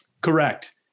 Correct